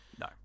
No